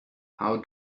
how